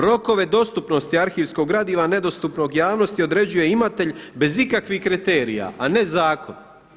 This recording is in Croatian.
Rokove dostupnosti arhivskog gradiva nedostupnog javnosti određuje imatelj bez ikakvih kriterija, a ne zakon.